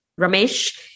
Ramesh